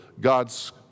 God's